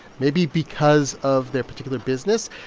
maybe because of their particular business,